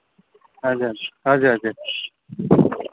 हजुर हजुर हजुर